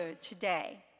today